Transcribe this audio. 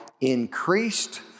increased